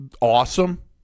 awesome